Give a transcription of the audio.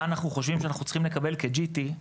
אנחנו חושבים שאנחנו צריכים לקבל כ-GT,